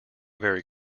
very